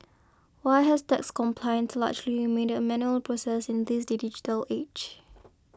why has tax compliance largely remained a manual process in this digital age